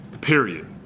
period